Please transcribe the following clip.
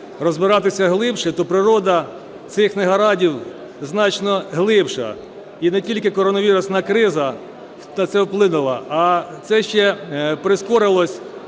розбиратися глибше, то природа цих негараздів значно глибша. І не тільки коронавірусна криза на це вплинула, а це ще прискорилось